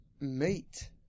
Meat